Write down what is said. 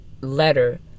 letter